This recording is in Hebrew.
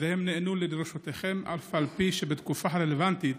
והם נענו לדרישותיכם אף על פי שבתקופה הרלוונטית